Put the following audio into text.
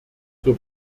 zur